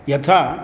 यथा